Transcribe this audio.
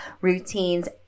routines